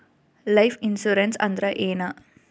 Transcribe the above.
Life insurance ಅಂದ್ರ ಏನ?